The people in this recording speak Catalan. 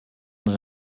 les